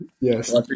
Yes